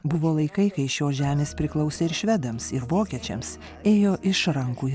buvo laikai kai šios žemės priklausė ir švedams ir vokiečiams ėjo iš rankų į